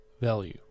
value